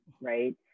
Right